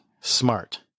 Smart